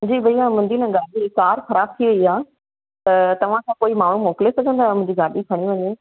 जी भैया मुंहिंजी न गाॾी कार ख़राबु थी वेई आहे त तव्हां छा कोई माण्हू मोकिले सघंदव मुंहिंजी गाॾी खणी वञे